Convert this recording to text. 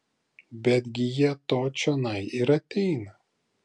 betgi jie to čionai ir ateina